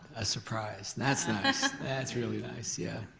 a surprise. that's nice, that's really nice. yeah,